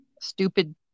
stupid